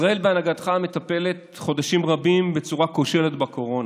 ישראל בהנהגתך מטפלת חודשים רבים בצורה כושלת בקורונה,